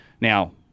Now